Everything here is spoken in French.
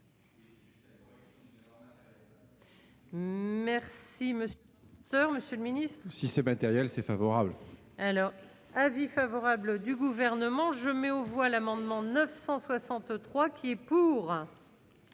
teur Monsieur le Ministre. Si ces matériels c'est favorable. Elle a un avis favorable du gouvernement, je mets aux voix l'amendement 963 qui est pour.